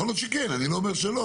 יכול להיות שכן, אני לא אומר שלא.